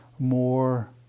More